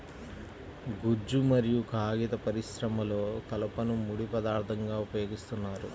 గుజ్జు మరియు కాగిత పరిశ్రమలో కలపను ముడి పదార్థంగా ఉపయోగిస్తున్నారు